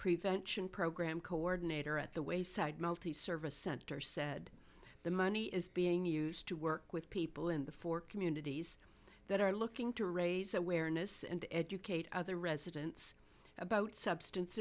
prevention program coordinator at the wayside multiservice center said the money is being used to work with people in the four communities that are looking to raise awareness and educate other residents about substance